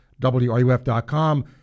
wruf.com